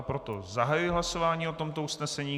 Proto zahajuji hlasování o tomto usnesení.